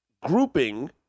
grouping